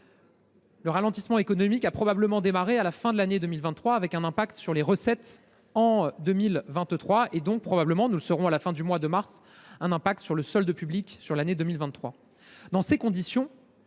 Le ralentissement économique a probablement démarré à la fin de l’année 2023, avec un impact sur les recettes en 2023 et donc probablement – nous le saurons à la fin du mois de mars – un impact sur le solde public de l’année 2023.